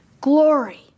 glory